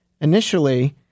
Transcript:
Initially